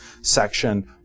section